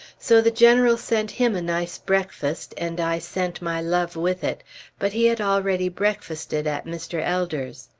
so the general sent him a nice breakfast, and i sent my love with it but he had already breakfasted at mr. elder's.